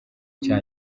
cya